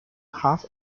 half